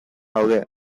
gaude